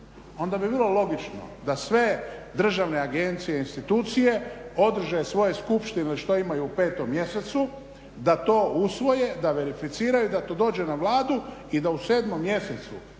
onda bi bilo logično da sve državne agencije i institucije održe svoje skupštine ili što imaju u petom mjesecu, da to usvoje, da verificiraju, da to dođe na Vladu i da u 7 mjesecu